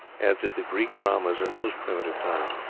as did the greek dramas in those primitive times,